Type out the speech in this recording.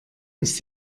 ist